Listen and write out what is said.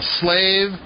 slave